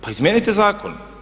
Pa izmijenite zakon.